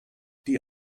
die